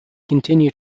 continue